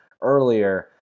earlier